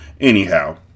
Anyhow